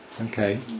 Okay